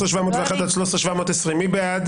13,661 עד 13,680, מי בעד?